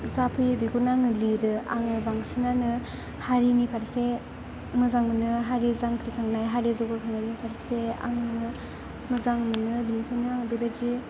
जा फैयो बेखौनो आङो लिरो आङो बांसिनानो हारिनि फार्से मोजां मोनो हारि जांख्रिखांनाय हारि जौगाखांनायनि फार्से आंनिनो मोजां मोनो बेनिखायनो आं बेबायदि